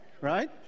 right